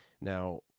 Now